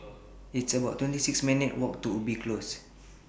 It's about twenty six minutes' Walk to Ubi Close